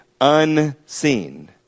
unseen